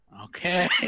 Okay